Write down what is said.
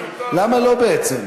למה לא בעצם?